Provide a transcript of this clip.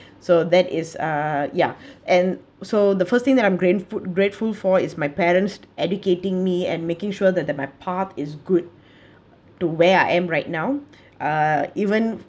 so that is uh ya and so the first thing that I'm gratefu~ grateful for his my parents educating me and making sure that the my part is good to where I am right now uh even